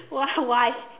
what why